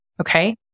Okay